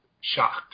shocked